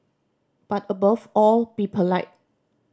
but above all be polite